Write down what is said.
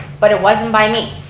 but it wasn't by me.